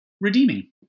redeeming